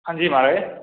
हंजी माराज